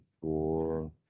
four